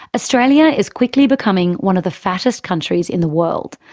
australia is quickly becoming one of the fattest countries in the world.